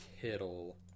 Kittle